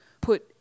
put